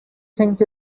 think